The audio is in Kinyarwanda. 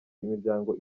imiryango